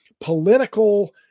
political